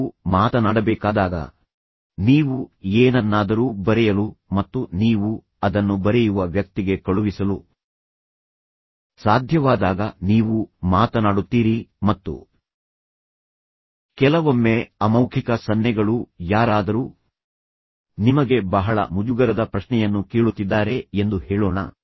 ನೀವು ಮಾತನಾಡಬೇಕಾದಾಗ ನೀವು ಏನನ್ನಾದರೂ ಬರೆಯಲು ಮತ್ತು ನೀವು ಅದನ್ನು ಬರೆಯುವ ವ್ಯಕ್ತಿಗೆ ಕಳುಹಿಸಲು ಸಾಧ್ಯವಾದಾಗ ನೀವು ಮಾತನಾಡುತ್ತೀರಿ ಮತ್ತು ಕೆಲವೊಮ್ಮೆ ಅಮೌಖಿಕ ಸನ್ನೆಗಳು ಯಾರಾದರೂ ನಿಮಗೆ ಬಹಳ ಮುಜುಗರದ ಪ್ರಶ್ನೆಯನ್ನು ಕೇಳುತ್ತಿದ್ದಾರೆ ಎಂದು ಹೇಳೋಣ